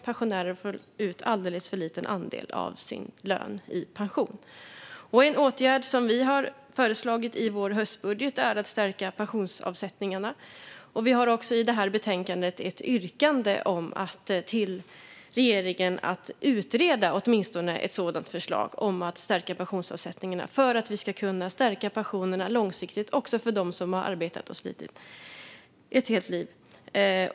Pensionärer får ut alldeles för liten andel av sin lön i pension. En åtgärd som vi har föreslagit i vår höstbudget är att stärka pensionsavsättningarna. Vi har också i detta betänkande ett yrkande om att regeringen åtminstone ska utreda ett sådant förslag om att stärka pensionsavsättningarna. Det är för att vi ska kunna stärka pensionerna långsiktigt också för dem som har arbetat och slitit ett helt liv.